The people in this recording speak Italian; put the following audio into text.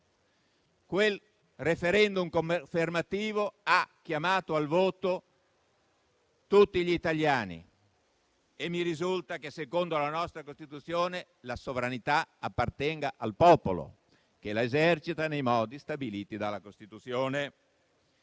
un *referendum* confermativo che ha chiamato al voto tutti gli italiani e mi risulta che secondo la nostra Costituzione la sovranità appartenga al popolo, che la esercita nei modi stabiliti dalla Costituzione.